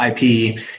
IP